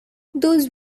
those